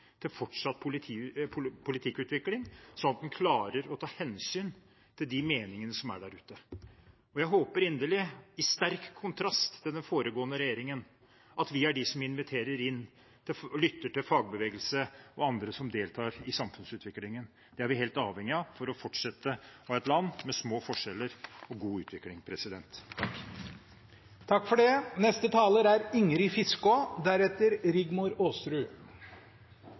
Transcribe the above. til fortsatt politikkutvikling, sånn at en klarer å ta hensyn til de meningene som er der ute. Jeg håper inderlig at vi, i sterk kontrast til den foregående regjeringen, er de som inviterer inn og lytter til fagbevegelse og andre som deltar i samfunnsutviklingen. Det er vi helt avhengig av for å fortsette å ha et land med små forskjeller og god utvikling. «Evne til forsvar – vilje til beredskap» er